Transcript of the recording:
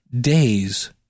days